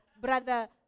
brother